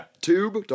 tube